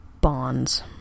bonds